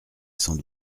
sans